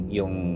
yung